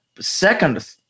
second